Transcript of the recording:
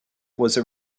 was